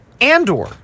Andor